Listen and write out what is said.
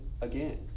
again